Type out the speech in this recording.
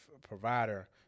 provider